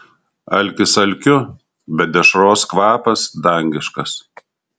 alkis alkiu bet dešros kvapas dangiškas